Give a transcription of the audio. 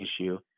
issue